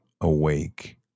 awake